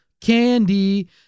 candy